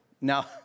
Now